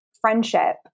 friendship